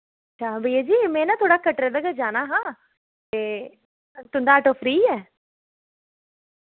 अच्छा भैया जी में ना थोह्ड़ा कटरे तक जाना हा ते तुं'दा आटो फ्री ऐ